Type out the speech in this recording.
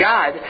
God